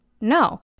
No